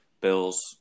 Bills